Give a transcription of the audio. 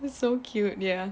that's so cute ya